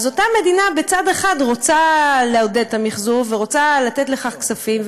אותה מדינה מצד אחד רוצה לעודד את המחזור ורוצה לתת לכך כספים,